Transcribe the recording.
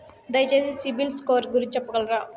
దయచేసి CIBIL score గురించి చెప్పగలరా?